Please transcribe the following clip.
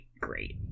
great